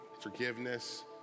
forgiveness